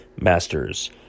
Masters